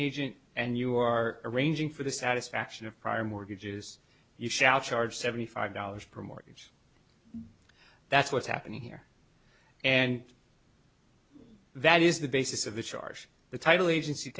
agent and you are arranging for the satisfaction of prior mortgages you shall charge seventy five dollars per mortgage that's what's happening here and that is the basis of the charge the title agency